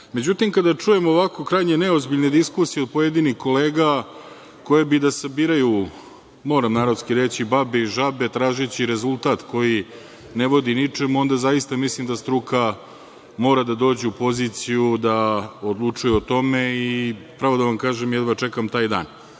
Međutim, kada čujem ovako krajnje neozbiljne diskusije od pojedinih kolega koje bi da sabiraju, moram narodski reći, babe i žabe, tražeći rezultat koji ne vodi ničemu, onda zaista mislim da struka mora da dođe u poziciju da odlučuje o tome. I, pravo da vam kažem, jedva čekam taj dan.